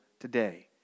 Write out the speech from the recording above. today